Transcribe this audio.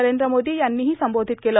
नरेंद्र मोदी यांनीही संबोधित केलं